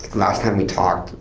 last time we talked,